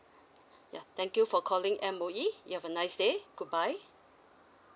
yeah thank you for calling M_O_E you have a nice day goodbye